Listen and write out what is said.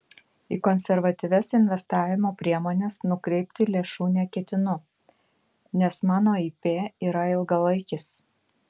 į konservatyvias investavimo priemones nukreipti lėšų neketinu nes mano ip yra ilgalaikis